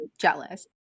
jealous